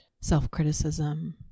self-criticism